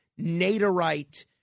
Naderite